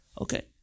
Okay